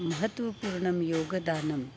महत्त्वपूर्णं योगदानं